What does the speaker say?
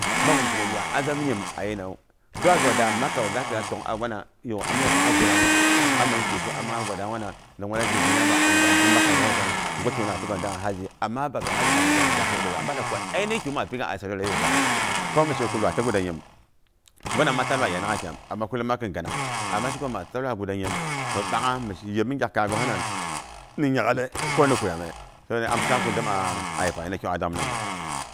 Mangu ko mi sheko lwai aa'a zam ga a nyinawu. Dong gahi da makkawu ga pi'iya tok'gh a wana, pang gulang nya, ambi mang gwisi wu, ama warang wana, da wara zhirgi zara makka. Bi makka na yipangu dangu haji, ama ba pyok haji pang bi da muwa da saudi arabia. Am bak da kwa ainihi kigu maa pi a saudi arabia panghu pang yadda gu misher lwai a ta so nyim. Wana ma ta lwai yanagha kyam, ama ma son kin ganang. Ah ma sheko maa ta lwai guda nyim, ɓangha mo shi yepmi ngyakaya gohinana. Ni nya'ghale koni kuyame? Amsa ni am saam ko dini a yepang ni kigu dangaminamu.